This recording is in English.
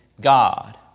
God